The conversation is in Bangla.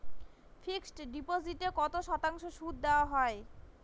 ফিক্সড ডিপোজিটে কত শতাংশ সুদ দেওয়া হয়?